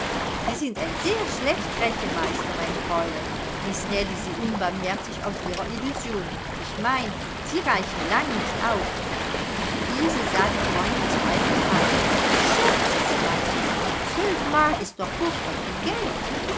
sie sind ein sehr schlecht rechenmeister mein fräulein riß nellie sie unbarmherzig aus ihrer illusion ich mein sie reichen lang nicht aus ilse sah die freundin zweifelnd an du scherzest meinte sie zwölf mark ist doch furchtbar viel geld